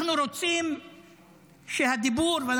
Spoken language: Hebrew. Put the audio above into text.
אנחנו רוצים שהדיבור איתנו,